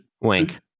Wink